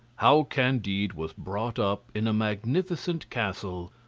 how candide was brought up in a magnificent castle,